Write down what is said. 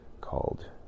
called